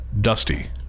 Dusty